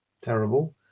terrible